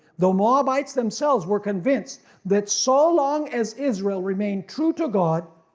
the moabites themselves were convinced that so long as israel remained true to god,